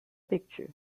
picture